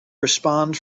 respond